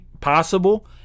possible